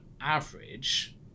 average